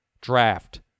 draft